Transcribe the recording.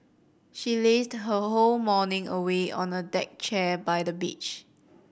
she lazed her whole morning away on a deck chair by the beach